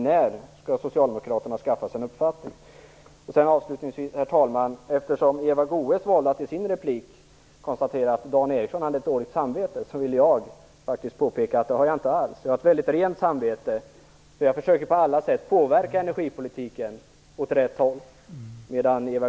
När skall Socialdemokraterna skaffa sig en uppfattning? Eftersom Eva Goës valde att i sin replik konstatera att Dan Ericsson hade dåligt samvete, vill jag faktiskt påpeka, herr talman, att jag inte alls har det. Jag har ett mycket rent samvete, för jag försöker på alla sätt att påverka energipolitiken åt rätt håll, medan Eva